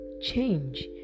change